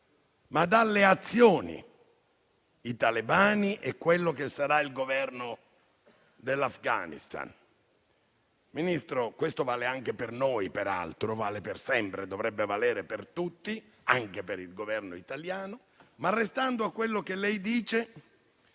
ma dalle azioni i talebani e quello che sarà il Governo dell'Afghanistan. Signor Ministro - questo peraltro vale anche per noi, vale sempre e dovrebbe valere per tutti, anche per il Governo italiano - restando a quello che lei dice,